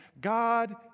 God